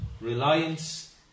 reliance